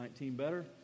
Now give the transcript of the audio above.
better